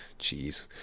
Jeez